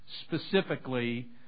specifically